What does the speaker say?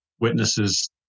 witnesses